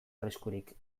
arriskurik